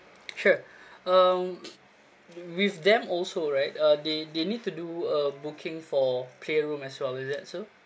sure um with them also right uh they they need to do a booking for playroom as well is that so